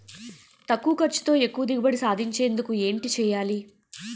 తక్కువ ఖర్చుతో ఎక్కువ దిగుబడి సాధించేందుకు ఏంటి చేయాలి?